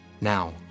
Now